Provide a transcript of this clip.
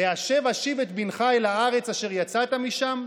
"ההשב אשיב את בנך אל הארץ אשר יצאת משם?"